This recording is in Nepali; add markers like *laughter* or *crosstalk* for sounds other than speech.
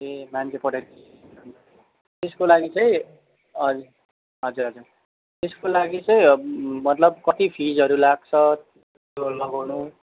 ए मान्छे पठाइदिन्छु नि *unintelligible* त्यसको लागि चाहिँ हजुर हजुर त्यसको लागि चाहिँ मतलब कति फिजहरू लाग्छ त्यो लगाउनु